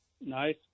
nice